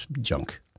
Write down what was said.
junk